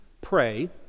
Pray